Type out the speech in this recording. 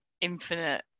infinite